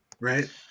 Right